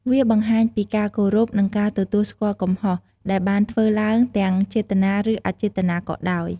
វាបង្ហាញពីការគោរព និងការទទួលស្គាល់កំហុស ដែលបានធ្វើឡើងទាំងចេតនា ឬ អចេតនាក៏ដោយ។